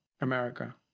America